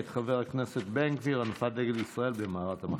מאת חבר הכנסת בן גביר: הנפת דגל ישראל במערת המכפלה.